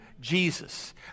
Jesus